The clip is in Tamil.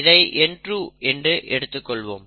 இதை N2 என்று எடுத்துக்கொள்வோம்